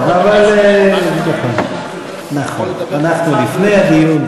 אנחנו לפני הדיון,